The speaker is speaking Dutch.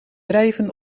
drijven